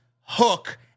Hook